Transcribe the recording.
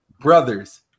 brothers